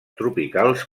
tropicals